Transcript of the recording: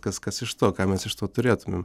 kas kas iš to ką mes iš to turėtumėm